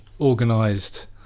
organised